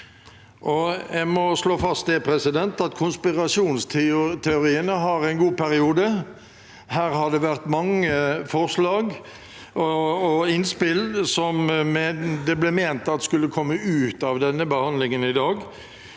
Jeg må slå fast at konspirasjonsteoriene har en god periode. Det har vært mange forslag og innspill som det ble ment at skulle komme ut av denne behandlingen i dag.